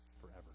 forever